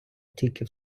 тільки